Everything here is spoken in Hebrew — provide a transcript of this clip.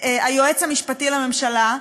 היועץ המשפטי לממשלה.